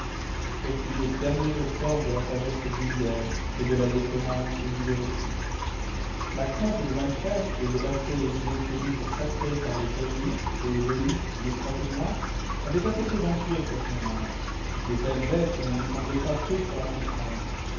ce fut le dernier effort de la sagesse vulgaire et de la déférence aux idées reçues la crainte de mal faire et de heurter les idées tenues pour sacrées par les caylus les de luz les croisenois avait assez peu d'empire sur son âme de tels êtres ne lui semblaient pas faits pour la comprendre